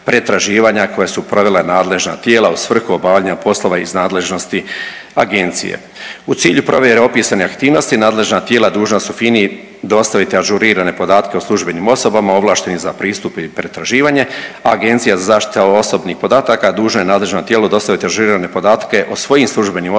koja su provela nadležna tijela u svrhu obavljanja poslova iz nadležnosti Agencije. U cilju provjere opisane aktivnosti nadležna tijela dužna su FINI dostaviti ažurirane podatke o službenim osobama ovlaštenim za pristup i pretraživanje, a Agencija za zaštitu osobnih podataka dužna je nadležnom tijelu dostaviti ažurirane podatke o svojim službenim osobama